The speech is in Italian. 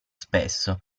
spesso